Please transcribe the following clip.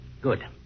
Good